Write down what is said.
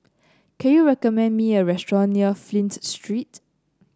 can you recommend me a restaurant near Flint Street